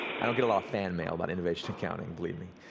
i don't get a lot of fan mail about innovation accounting, believe me,